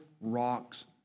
rocks